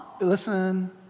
listen